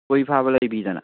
ꯈꯣꯏꯔꯤꯐꯥꯕ ꯂꯩꯕꯤꯗꯅ